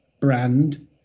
brand